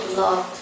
love